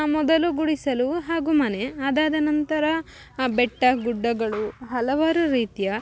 ಮೊದಲು ಗುಡಿಸಲು ಹಾಗು ಮನೆ ಅದಾದನಂತರ ಬೆಟ್ಟಗುಡ್ಡಗಳು ಹಲವಾರು ರೀತಿಯ